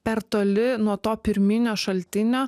per toli nuo to pirminio šaltinio